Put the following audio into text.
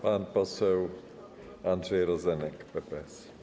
Pan poseł Andrzej Rozenek, PPS.